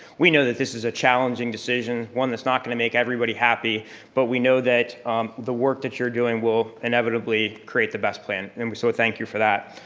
we know that this is a challenging decision, one that's not going to make everybody happy but we know that the work that you're doing will inevitably create the best plan and we so thank you for that.